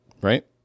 Right